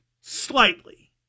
slightly